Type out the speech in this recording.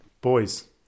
Boys